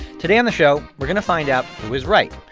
today on the show, we're going to find out who is right.